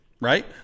Right